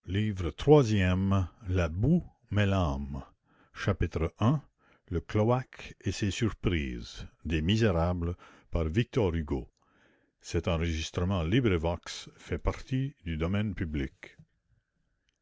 i le cloaque et ses surprises